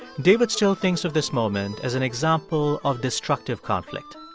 david still thinks of this moment as an example of destructive conflict.